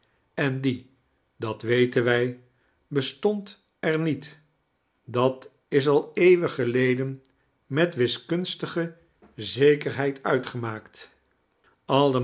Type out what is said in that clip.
en die dat weten wij bestond er niet dat is al eeuwen geleden met wiskunstige zekerheid udltgemaakt